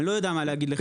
לא יודע מה להגיד לך.